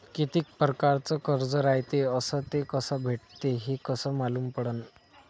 कितीक परकारचं कर्ज रायते अस ते कस भेटते, हे कस मालूम पडनं?